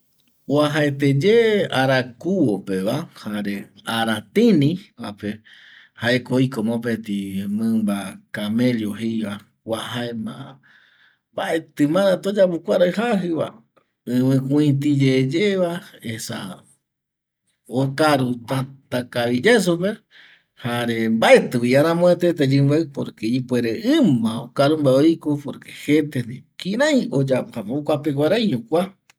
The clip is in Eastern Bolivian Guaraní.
Oajaeteye arakuvo peva jare aratini vape jaeko oiko mopeti mimba kamello jeiva kua jaema mbaeti maratu oyapo kuarai jajiva, ivikuiti yeyeva esa okaru täta kavi yae supe jare mbaetivi aramuetete yimbiai porque ipuere ima okarumbae oiko porque jete ndipo kirai oyapo jaema jokua peguaraiño kua